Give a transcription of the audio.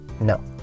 No